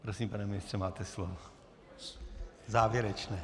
Prosím, pane ministře, máte slovo... Závěrečné.